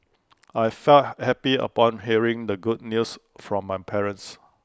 I felt happy upon hearing the good news from my parents